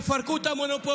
יש לפרק את המונופול.